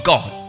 God